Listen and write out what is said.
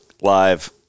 live